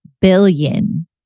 billion